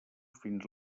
fins